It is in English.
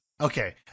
Okay